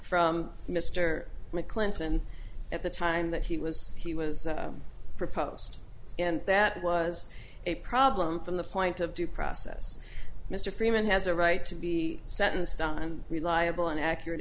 from mr mcclinton at the time that he was he was proposed and that was a problem from the point of due process mr freeman has a right to be sentenced on reliable and accurate